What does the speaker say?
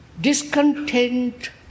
discontent